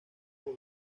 río